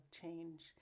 change